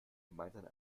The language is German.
gemeinsam